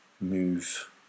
move